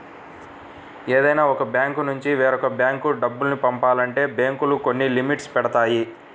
ఏదైనా ఒక బ్యాంకునుంచి వేరొక బ్యేంకు డబ్బు పంపాలంటే బ్యేంకులు కొన్ని లిమిట్స్ పెడతాయి